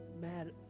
Mad